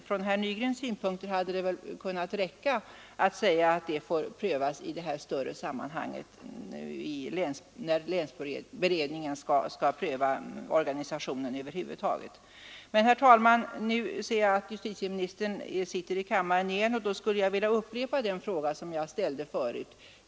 Från herr Nygrens synpunkt hade det väl kunnat räcka att säga att frågan får prövas i det större sammanhanget, när länsberedningen skall pröva organisationen över huvud taget. Herr talman! Nu ser jag att justitieministern är i kammaren igen, och då skulle jag vilja upprepa den fråga jag ställde förut.